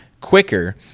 quicker